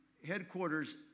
headquarters